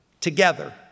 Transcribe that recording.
together